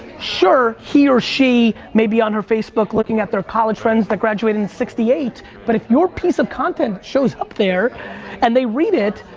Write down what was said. sure, he or she may be on her facebook looking at their college friends that graduated in sixty eight, but if your piece of content shows up there and they read it,